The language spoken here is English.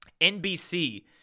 NBC